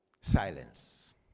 silence